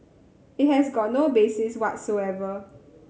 it has got no basis whatsoever